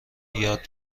یاد